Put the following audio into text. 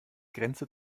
grenze